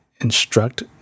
instruct